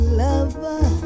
lover